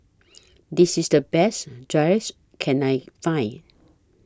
This IS The Best Gyros Can I Find